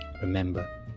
Remember